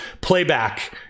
playback